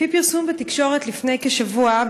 לפי פרסום בתקשורת לפני כשבוע,